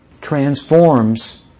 transforms